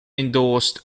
endorsed